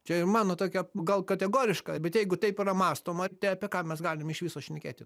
čia ir mano tokia gal kategoriška bet jeigu taip yra mąstoma tai apie ką mes galim iš viso šnekėti